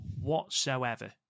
whatsoever